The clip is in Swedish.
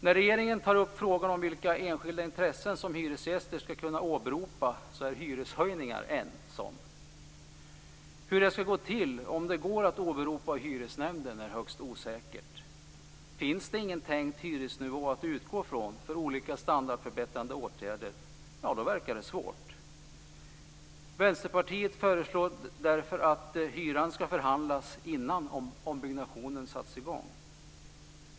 När regeringen tar upp frågan om vilka enskilda intressen som hyresgäster ska kunna åberopa är hyreshöjningar en sådan. Hur detta ska gå till och om det går att åberopa i hyresnämnden är högst osäkert. Finns det ingen tänkt hyresnivå att utgå från för olika standardförbättrande åtgärder verkar det att vara svårt. Vänsterpartiet föreslår därför att hyran ska förhandlas innan ombyggnationen har satts i gång.